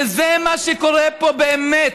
וזה מה שקורה פה באמת.